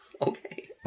Okay